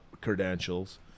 credentials